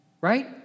right